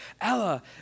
Ella